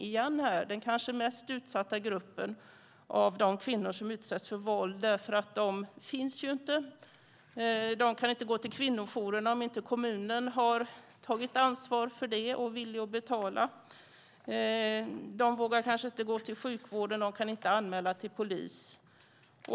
Det är den kanske mest utsatta gruppen av kvinnor som utsätts för våld därför att de inte finns. De kan inte gå till kvinnojourerna, om inte kommunen har tagit ansvar och är villig att betala. De vågar kanske inte gå till sjukvården, och de kan inte anmäla till polis.